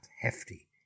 Hefty